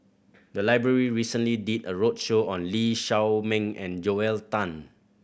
the library recently did a roadshow on Lee Shao Meng and Joel Tan